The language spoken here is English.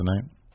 tonight